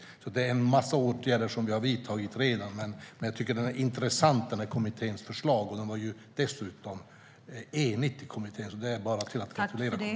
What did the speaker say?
Vi har alltså vidtagit en massa åtgärder redan, men jag tycker att kommitténs förslag är intressanta, och det är dessutom en enig kommitté. Det är bara att gratulera kommittén!